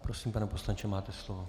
Prosím, pane poslanče, máte slovo.